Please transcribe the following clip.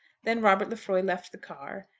then robert lefroy left the car,